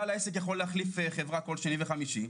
בעל העסק יכול להחליף חברה כל שני וחמישי,